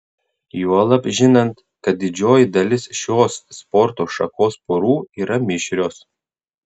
juolab žinant kad didžioji dalis šios sporto šakos porų yra mišrios